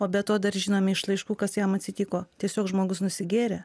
o be to dar žinomi iš laiškų kas jam atsitiko tiesiog žmogus nusigėrė